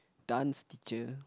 dance teacher